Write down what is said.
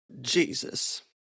Jesus